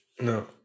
No